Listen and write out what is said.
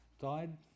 died